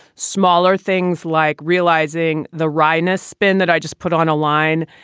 smaller things like realizing the wryness spin that i just put on a line,